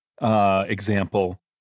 example